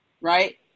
Right